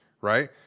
right